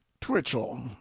Twitchell